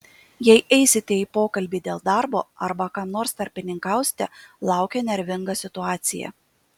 jei eisite į pokalbį dėl darbo arba kam nors tarpininkausite laukia nervinga situacija